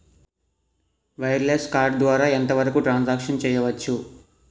Wireless card ద్వారా ఎంత వరకు ట్రాన్ సాంక్షన్ చేయవచ్చు?